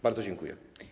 Bardzo dziękuję.